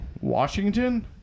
Washington